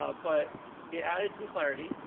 ah but it added some clarity,